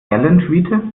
erlentwiete